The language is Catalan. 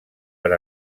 per